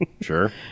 sure